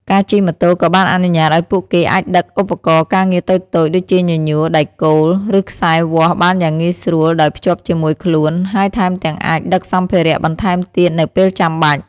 ការជិះម៉ូតូក៏បានអនុញ្ញាតឱ្យពួកគេអាចដឹកឧបករណ៍ការងារតូចៗដូចជាញញួរ ដែកគោល ឬខ្សែវាស់បានយ៉ាងងាយស្រួលដោយភ្ជាប់ជាមួយខ្លួន ហើយថែមទាំងអាចដឹកសម្ភារៈបន្ថែមទៀតនៅពេលចាំបាច់។